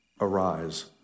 Arise